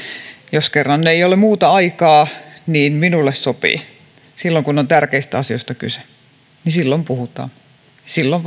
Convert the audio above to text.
jos kerran ei ole muuta aikaa niin minulle sopii silloin kun on tärkeistä asioista kyse silloin puhutaan silloin